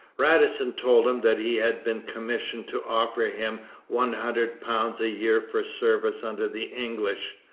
radisson told him that he had been commissioned to offer him one hundred pounds a year for service under the english,